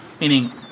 meaning